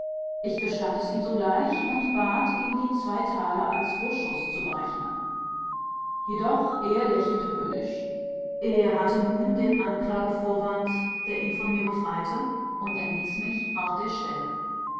ich gestand es ihm sogleich und bat die zwei taler als vorschuß zu berechnen jedoch er lächelte höhnisch er hatte nun den anklagevorwand der ihn von mir befreite und entließ mich auf der stelle